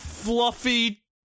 Fluffy